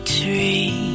tree